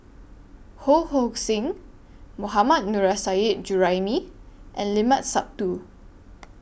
Ho Hong Sing Mohammad Nurrasyid Juraimi and Limat Sabtu